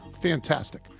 Fantastic